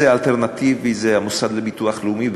זה אלטרנטיבי, זה המוסד לביטוח לאומי.